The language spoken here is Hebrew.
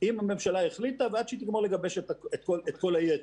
אם הממשלה החליטה ועד שהיא תגמור לגבש את כל היתר,